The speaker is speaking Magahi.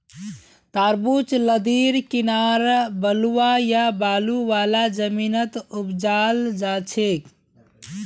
तरबूज लद्दीर किनारअ बलुवा या बालू वाला जमीनत उपजाल जाछेक